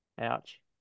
Ouch